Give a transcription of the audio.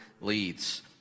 leads